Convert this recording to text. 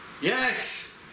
Yes